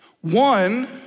One